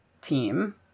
team